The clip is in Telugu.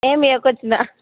ఏమి ఇవ్వక వచ్చిన